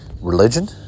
religion